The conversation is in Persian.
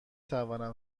توانم